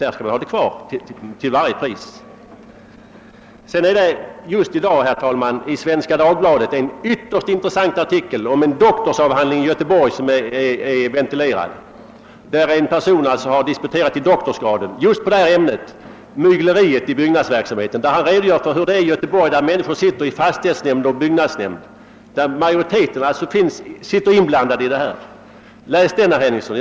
I dagens nummer av Svenska Dagbladet finns, herr talman, en ytterst intressant artikel om en doktorsavhandling som ventilerats i Göteborg. En person har disputerat för doktorsgraden just på ämnet mygleriet inom byggnadsverksamheten! Han redogör för hur det är i Göteborg där sådana här personer sitter i fastighetsnämnd och byggnadsnämnd och där alltså majoriteten är inblandad i detta. Läs den artikeln, herr Henningsson!